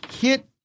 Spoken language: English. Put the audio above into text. hit